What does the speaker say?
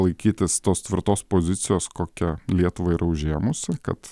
laikytis tos tvirtos pozicijos kokią lietuva yra užėmusi kad